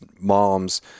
moms